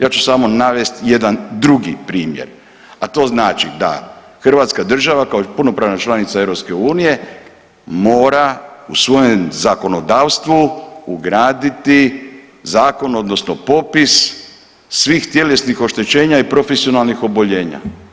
Ja ću samo navesti jedan drugi primjer, a to znači da Hrvatska država kao punopravna članica EU mora u svojem zakonodavstvu ugraditi zakon, odnosno popis svih tjelesnih oštećenja i profesionalnih oboljenja.